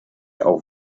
auch